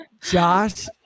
Josh